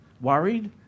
Worried